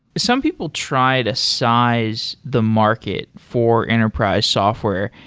some people try to size the market for enterprise software,